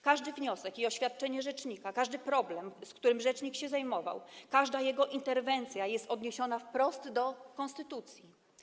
Każdy wniosek i oświadczenie rzecznika, każdy problem, którym rzecznik się zajmował, każda jego interwencja są odniesione wprost do konstytucji.